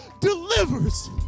delivers